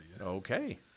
Okay